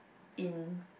in